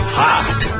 hot